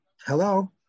hello